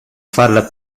farla